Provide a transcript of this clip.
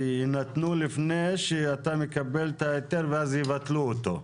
שיינתנו לפני שאתה מקבל את ההיתר ואז יבטלו אותו.